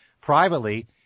privately